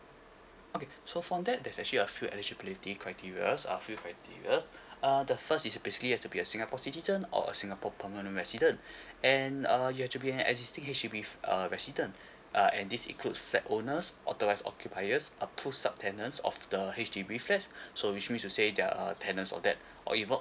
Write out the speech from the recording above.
okay so from that there's actually a few eligibility criterias uh few criterias uh the first is basically have to be a singapore citizen or singapore permanent resident and uh you have to be an existing H_D_B uh resident uh and this include flat owners authorise occupiers up close sub tenants of the H_D_B flat so which means to say that you are a tenant for that or even